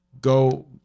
go